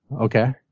Okay